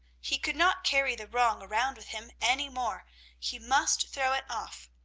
he could not carry the wrong around with him any more he must throw it off.